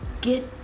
Get